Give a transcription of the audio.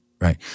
Right